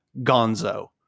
Gonzo